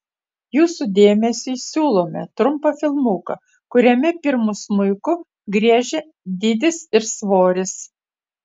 jūsų dėmesiui siūlome trumpą filmuką kuriame pirmu smuiku griežia dydis ir svoris